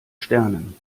sternen